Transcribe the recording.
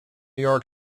york